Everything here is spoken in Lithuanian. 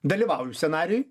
dalyvavom scenarijuj